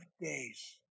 days